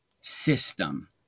system